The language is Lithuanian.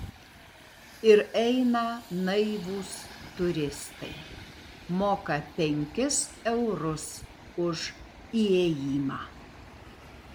ir eina naivūs turistai moka penkis eurus už įėjimą